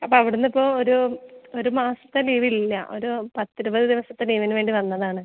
അപ്പം അവിടെന്നിപ്പോൾ ഒരു ഒരുമാസത്തെ ലീവില്ല ഒരു പത്തിരുപത് ദിവസത്തെ ലീവിന് വേണ്ടി വന്നതാണ്